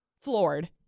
floored